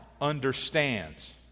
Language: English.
understands